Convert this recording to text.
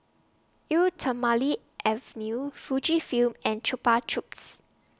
Eau Thermale Avene Fujifilm and Chupa Chups